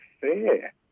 Fair